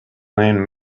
named